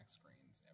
screens